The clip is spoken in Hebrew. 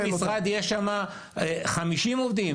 תבוא למשרד, יש שם 50 עובדים.